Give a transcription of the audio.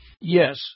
Yes